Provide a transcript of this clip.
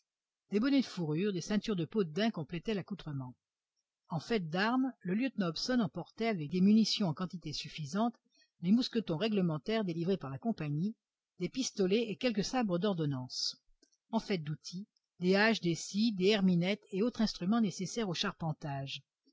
des bonnets de fourrure des ceintures de peau de daim complétaient l'accoutrement en fait d'armes le lieutenant hobson emportait avec des munitions en quantité suffisante les mousquetons réglementaires délivrés par la compagnie des pistolets et quelques sabres d'ordonnance en fait d'outils des haches des scies des herminettes et autres instruments nécessaires au charpentage